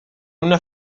una